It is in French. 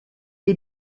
les